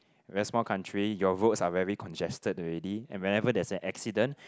very small country your roads are very congested already and whenever there's an accident